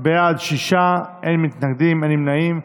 בעד, שישה, אין מתנגדים, אין נמנעים.